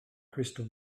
crystal